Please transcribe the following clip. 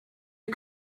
you